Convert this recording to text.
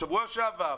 שבוע שעבר,